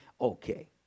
okay